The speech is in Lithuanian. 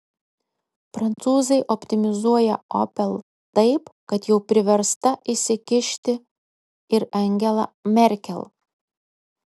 prancūzai optimizuoja opel taip kad jau priversta įsikišti ir angela merkel